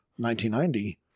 1990